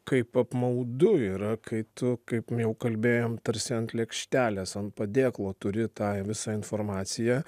kaip apmaudu yra kai tu kaip jau kalbėjom tarsi ant lėkštelės ant padėklo turi tą visą informaciją